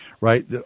right